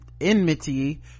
enmity